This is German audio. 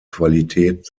qualität